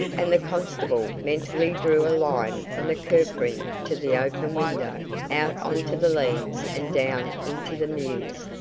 and the constable mentally drew a line from the kukri to the open window, out on to the leads, and down into the mews.